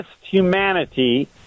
humanity